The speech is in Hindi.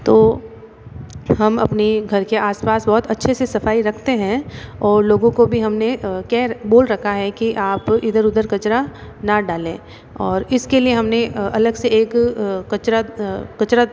तो हम अपने घर के आस पास बहुत अच्छे से सफ़ाई रखते हैं और लोगों को भी हम ने के बोल रखा है कि आप इधर उधर कचरा ना डालें और इस के लिए हम ने अलग से एक कचरा कचरा